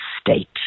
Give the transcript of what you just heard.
state